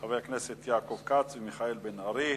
חברי הכנסת יעקב כץ ומיכאל בן-ארי.